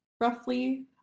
roughly